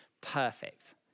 perfect